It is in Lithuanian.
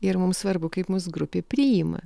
ir mums svarbu kaip mus grupė priima